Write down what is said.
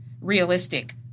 realistic